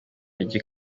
ry’i